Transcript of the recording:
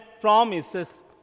promises